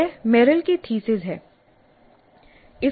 वह मेरिल की thesis Merrill's thesis है